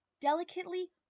delicately